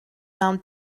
mewn